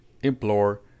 Implore